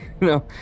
No